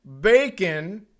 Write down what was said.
bacon